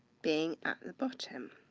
being at the bottom.